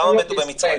כמה מתו במצרים?